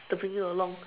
to bring you along